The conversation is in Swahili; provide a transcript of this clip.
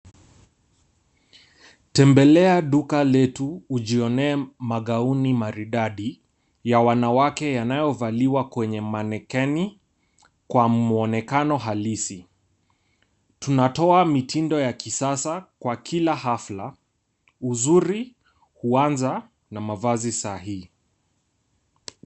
Tembelea duka letu ujionee magauni maridadi ya wanawake yanayovaliwa kwenye manekeni kwa mwonekano halisi. Tunatoa mitindo ya kisasa kwa kila hafla, uzuri huanza na mavazi sahihi.